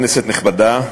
כנסת נכבדה,